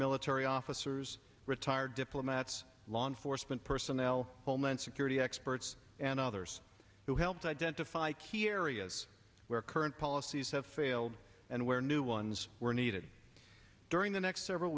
military officers retired diplomats law enforcement personnel homeland security experts and others who helped identify key areas where current policies have failed and where new ones were needed during the next several